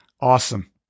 awesome